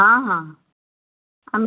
ହଁ ହଁ ଆମେ